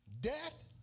death